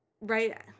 right